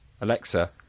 Alexa